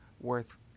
worth